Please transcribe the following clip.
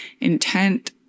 intent